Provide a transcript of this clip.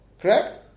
Correct